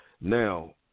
Now